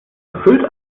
erfüllt